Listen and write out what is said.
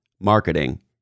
marketing